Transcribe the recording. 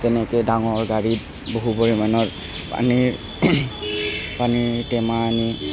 তেনেকে ডাঙৰ গাড়ীত বহু পৰিমাণৰ পানীৰ পানীৰ টেমা আনি